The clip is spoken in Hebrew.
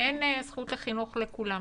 אין זכות לחינוך לכולם.